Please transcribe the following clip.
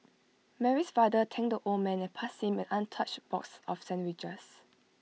Mary's father thanked the old man and passed him an untouched box of sandwiches